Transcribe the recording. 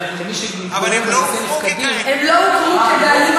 למי שמתגורר בנכסי נפקדים, אבל הם לא הוכרו ככאלה.